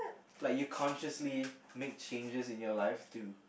like you consciously make changes in your life to